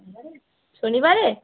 শনিবারে